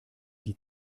die